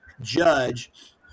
judge